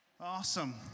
Awesome